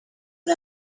and